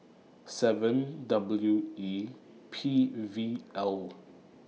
seven W E P V L